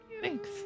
Thanks